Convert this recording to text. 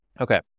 Okay